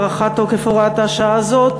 כך שבעצם נגשר דרך הארכת תוקף הוראת השעה הזאת